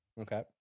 Okay